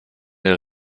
der